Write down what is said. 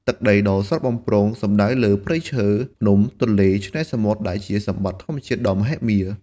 ទឹកដីដ៏ស្រស់បំព្រងសំដៅលើ ព្រៃឈើ ភ្នំ ទន្លេ ឆ្នេរសមុទ្រ ដែលជាសម្បត្តិធម្មជាតិដ៏មហិមា។